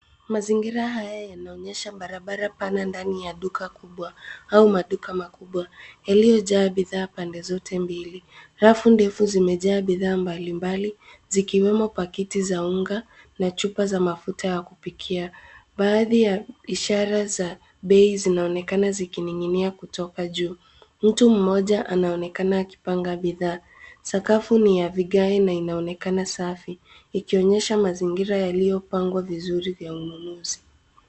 Mazingira haya yanaonyesha barabara pana ndani ya duka kubwa au maduka makubwa, yaliyojaa bidhaa pande zote mbili. Rafu ndefu zimejaa bidhaa mbalimbali zikiwemo pakiti za unga na chupa za mafuta ya kupikia. Baadhi ya ishara za bei zinaonekana zikining'inia kutoka juu. Mtu mmoja anaonekana akipanga bidhaa. Sakafu ni ya vigae na inaonekana safi, ikionyesha mazingira yaliyopagwa vizuri vya ununuzi.